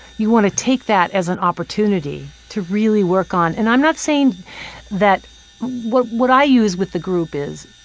you want to take that as an opportunity to really work on and i'm not saying that what what i use with the group is,